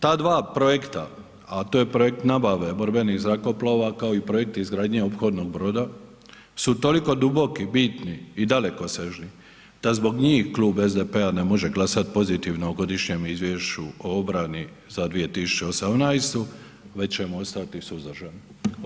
Ta dva projekta, a to je projekt nabave borbenih zrakoplova kao i projekt izgradnje ophodnog broda su toliko duboki, bitni i dalekosežni da zbog njih Klub SDP-a ne može glasat pozitivno o godišnjem izvješću o obrani za 2018. već ćemo ostati suzdržani.